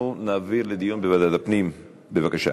אנחנו נעביר לדיון בוועדת הפנים, בבקשה.